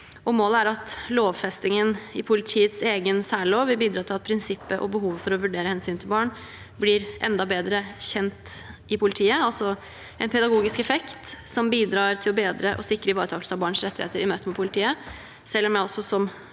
Målet er at lovfestingen i politiets egen særlov vil bidra til at prinsippet og behovet for å vurdere hensynet til barn blir enda bedre kjent i politiet, altså en pedagogisk effekt som bidrar til å bedre og sikre ivaretakelse av barns rettigheter i møte med politiet – selv om jeg er